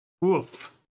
Woof